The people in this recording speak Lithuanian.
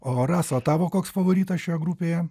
o rasa tavo koks favoritas šioje grupėje